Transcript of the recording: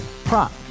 prop